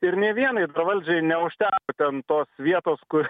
ir nei vienai dar valdžiai neužteko ten tos vietos kur